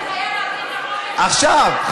עכשיו,